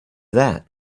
that